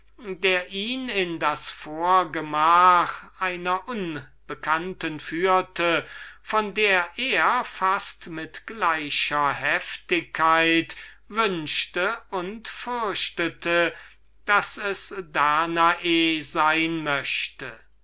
der ihn ins vorgemach einer unbekannten führte von der er fast mit gleicher heftigkeit wünschte und fürchtete daß es danae sein möchte